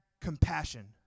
compassion